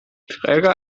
träger